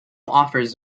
offers